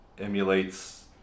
emulates